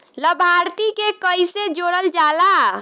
लभार्थी के कइसे जोड़ल जाला?